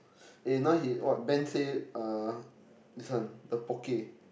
eh now he what Ben say uh this one the Poke